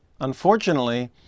Unfortunately